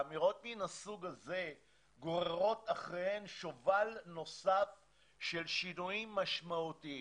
אמירות מין הסוג הזה גוררות אחריהן שובל נוסף של שינויים משמעותיים.